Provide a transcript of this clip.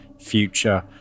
future